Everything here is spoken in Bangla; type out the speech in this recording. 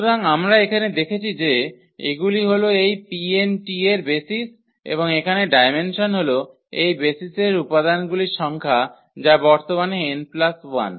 সুতরাং আমরা এখানে দেখেছি যে এগুলি হল এই 𝑃𝑛 এর বেসিস এবং এখানে ডায়মেনসন হল এই বেসিসের উপাদানগুলির সংখ্যা যা বর্তমানে 𝑛 1